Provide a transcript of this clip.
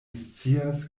scias